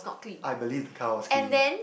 I believe the car was clean